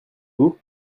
vous